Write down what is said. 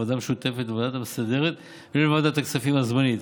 ועדה משותפת לוועדה המסדרת ולוועדת הכספים הזמנית,